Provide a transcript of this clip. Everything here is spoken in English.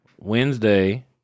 Wednesday